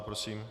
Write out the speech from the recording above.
Prosím.